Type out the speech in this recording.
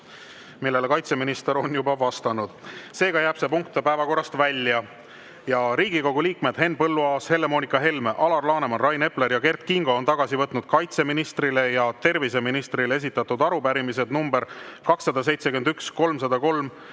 millele kaitseminister on juba vastanud. Seega jääb see punkt päevakorrast välja. Riigikogu liikmed Henn Põlluaas, Helle-Moonika Helme, Alar Laneman, Rain Epler ja Kert Kingo on tagasi võtnud kaitseministrile ja terviseministrile esitatud arupärimised nr 271, 303